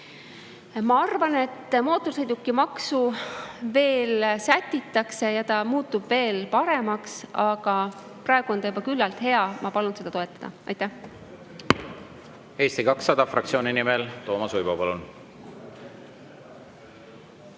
Ma arvan, et mootorsõidukimaksu veel sätitakse ja eelnõu muutub veel paremaks, aga praegu on ta juba küllalt hea. Ma palun seda toetada. Aitäh! Eesti 200 fraktsiooni nimel Toomas Uibo,